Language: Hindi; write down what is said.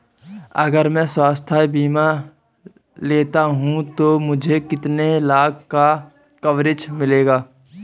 अगर मैं स्वास्थ्य बीमा लेता हूं तो मुझे कितने लाख का कवरेज मिलेगा?